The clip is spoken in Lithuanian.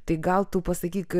tai gal tu pasakyk